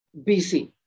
BC